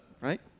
right